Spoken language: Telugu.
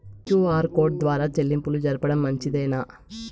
క్యు.ఆర్ కోడ్ ద్వారా చెల్లింపులు జరపడం మంచిదేనా?